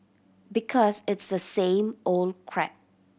because it's the same old crap